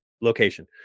location